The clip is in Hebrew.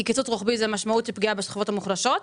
כי קיצוץ רוחבי זה משמעות של פגיעה בחברות המוחלשות.